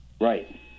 Right